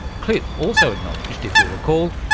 cliff also acknowledged, if you'll recall,